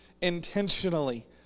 intentionally